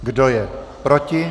Kdo je proti?